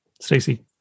Stacey